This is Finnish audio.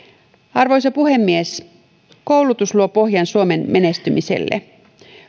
arvoisa puhemies koulutus luo pohjan suomen menestymiselle